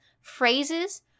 phrases